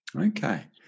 Okay